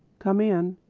come in,